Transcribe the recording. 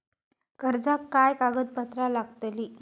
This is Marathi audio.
कर्जाक काय कागदपत्र लागतली?